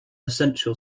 essential